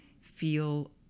feel